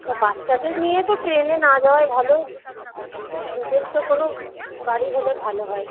বাচ্চাদের নিয়ে তো ট্রেনে না যাওয়াই ভালো নিজস্ব কোনো গাড়ি হলে ভালো হয়